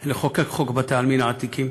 לחוקק חוק בתי-עלמין עתיקים